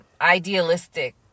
idealistic